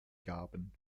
gaben